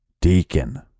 Deacon